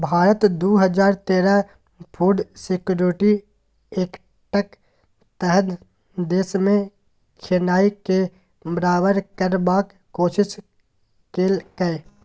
भारत दु हजार तेरहक फुड सिक्योरिटी एक्टक तहत देशमे खेनाइ केँ बराबर करबाक कोशिश केलकै